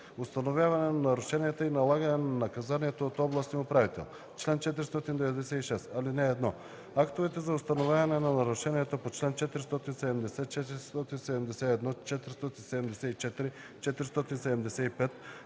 „Установяване на нарушенията и налагане на наказанията от областния управител Чл. 496. (1) Актовете за установяване на нарушенията по чл. 470, 471, 474, 475,